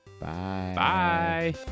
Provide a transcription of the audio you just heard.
Bye